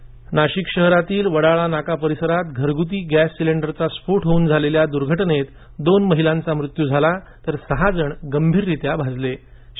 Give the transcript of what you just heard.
gas मृत्यू नाशिक शहरातील वडाळा नाका परीसरात घरग्रती गॅस सिलींडरचा स्फोट होऊन झालेल्या दूर्घटनेत दोन महिलांचा मृत्यू झाला तर सहा जण गंभीररीत्या भाजले आहेत